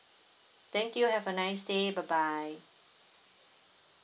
thank you have a nice day bye bye